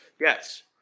Yes